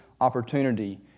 opportunity